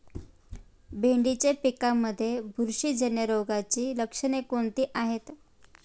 भेंडीच्या पिकांमध्ये बुरशीजन्य रोगाची लक्षणे कोणती आहेत?